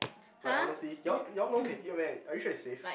like honestly you all you all know can eat meh are you sure it's safe